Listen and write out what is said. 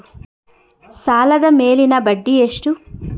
ಸಾಲದ ಮೇಲಿನ ಬಡ್ಡಿ ಎಷ್ಟು?